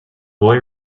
boy